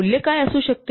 मूल्य काय असू शकते